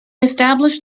established